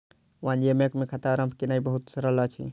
वाणिज्य बैंक मे खाता आरम्भ केनाई बहुत सरल अछि